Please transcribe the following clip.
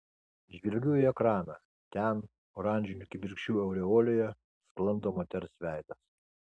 žvelgiu į ekraną ten oranžinių kibirkščių aureolėje sklando moters veidas